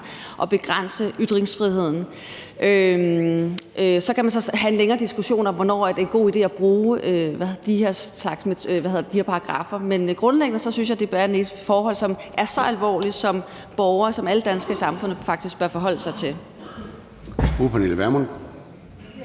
at begrænse ytringsfriheden? Så kan man så have en længere diskussion om, hvornår det er en god idé at bruge de her paragraffer. Men grundlæggende synes jeg, at det berører visse forhold, som er så alvorlige for borgerne, at alle danskere i samfundet faktisk bør forholde sig til